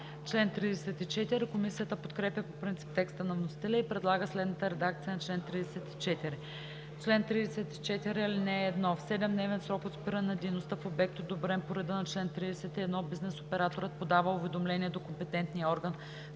Комисията подкрепя по принцип текста на вносителя и предлага следната редакция на чл. 34: „Чл. 34. (1) В 7-дневен срок от спиране на дейността в обект, одобрен по реда на чл. 31, бизнес операторът подава уведомление до компетентния орган